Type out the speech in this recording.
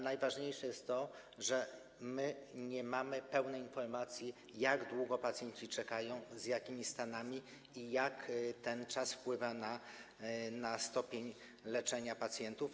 Najważniejsze jest to, że my nie mamy pełnej informacji, jak długo pacjenci czekają, w jakim są stanie, jak ten czas wpływa na stopień leczenia pacjentów.